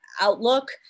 outlook